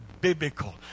biblical